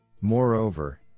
Moreover